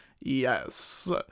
yes